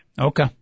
okay